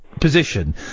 position